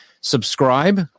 subscribe